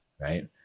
right